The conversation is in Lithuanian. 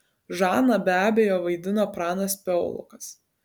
žaną be abejo vaidino pranas piaulokas